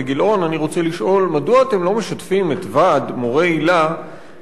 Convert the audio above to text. אני רוצה לשאול מדוע אתם לא משתפים את ועד מורי היל"ה במכרז.